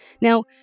Now